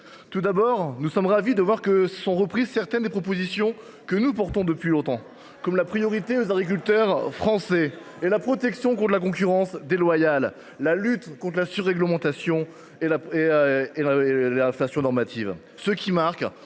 Tout d’abord, nous sommes ravis de voir que sont reprises certaines des propositions que nous portons depuis longtemps comme la priorité aux agriculteurs français, la protection contre la concurrence déloyale ou la lutte contre la surréglementation et l’inflation normative, ce qui marque,